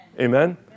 Amen